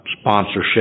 sponsorship